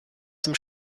dem